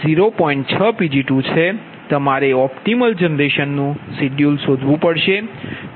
તમારે ઓપ્ટિમલ જનરેશનનું શેડ્યૂલ શોધવું પડશે